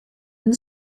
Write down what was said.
and